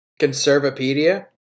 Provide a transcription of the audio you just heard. Conservapedia